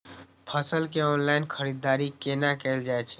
फसल के ऑनलाइन खरीददारी केना कायल जाय छै?